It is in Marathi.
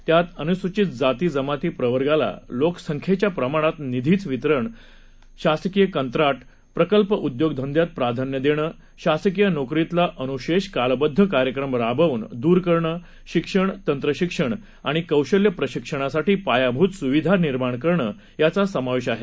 त्यातअनुसूचितजातीजमातीप्रवर्गालालोकसंख्येच्याप्रमाणातनिधीचवितरण शासकीयकंत्राट प्रकल्पउद्योग धंद्यातप्राधान्यदेणं शासकीयनोकरीतलाअनुशेषकालबद्धकार्यक्रमराबवूनदूरकरणं शिक्षण तंत्रशिक्षणआणिकौशल्यप्रशिक्षणासाठीपायाभूतसुविधानिर्माणकरणंयांचासमावेशआहे